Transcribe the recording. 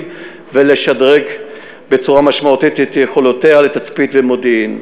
ולשדרג בצורה משמעותית את יכולותיה לתצפית ומודיעין.